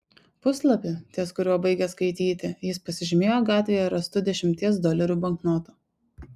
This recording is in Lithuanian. puslapį ties kuriuo baigė skaityti jis pasižymėjo gatvėje rastu dešimties dolerių banknotu